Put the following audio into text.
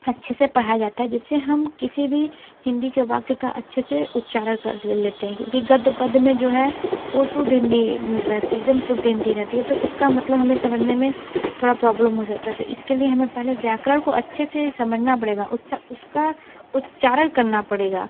अच्छे से पढ़ा जाता है जिससे हम किसी भी हिंदी के वाक्य का अच्छे से उच्चारण कर लेते हैं क्योंकि गद्य पद में जो है वो शुद्ध हिंदी रहती एकदम शुद्ध हिंदी रहती है तो उसका मतलब हमें समझने में थोड़ा प्रॉब्लम हो जाता है तो इसके लिए हमें पहले व्याकरण को अच्छे से समझाना पड़ेगा उचा उसका उच्चारण करना पड़ेगा